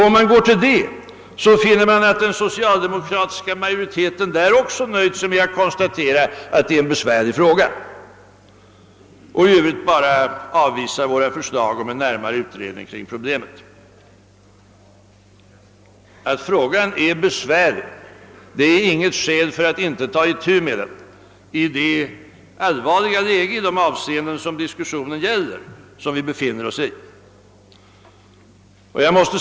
Om man går till detta, finner man att den socialdemokratiska majoriteten också där nöjt sig med att konstatera att det är en besvärlig fråga och i övrigt bara avvisar våra förslag om en närmare utredning kring problemet. Att frågan är besvärlig är inte något skäl för att inte ta itu med den i det allvarliga läge vari vi befinner oss i de avseenden diskussionen gäller.